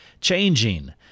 changing